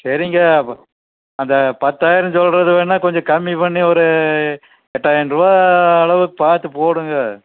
சரிங்க அந்த பத்தாயிரம் சொல்கிறது வேணால் கொஞ்சம் கம்மி பண்ணி ஒரு எட்டாயிரருவா அளவுக்கு பார்த்து போடுங்கள்